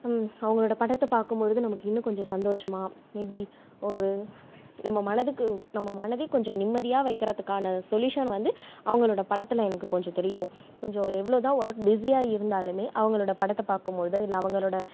அவங்களோட படத்தை பார்க்கும்பொழுது நமக்கு இன்னும் கொஞ்சம் சந்தோஷமாக எப்படி ஒரு நம்ம மனதுக்கு நம்ம மனதை கொஞ்சம் நிம்மதியாக வைக்கிறதுக்கான சொலியூஷன் வந்து அவங்களோட படத்தில் எனக்கு கொஞ்சம் தெரியும் கொஞ்சம் எவ்வளோதான் ஒர்க் பிஸியாக இருந்தாலும் அவங்களோட படத்தை பார்க்கும்பொழுதோ இல்லை அவங்களோட